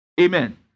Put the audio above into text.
Amen